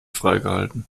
freigehalten